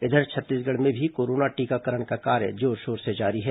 इधर छत्तीसगढ़ में भी कोरोना टीकाकरण का कार्य जोरशोर से जारी है